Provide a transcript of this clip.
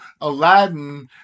Aladdin